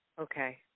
Okay